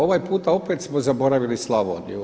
Ovaj puta opet smo zaboravili Slavoniju.